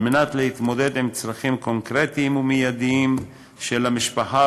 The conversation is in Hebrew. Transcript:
כדי להתמודד עם צרכים קונקרטיים ומיידיים של המשפחה,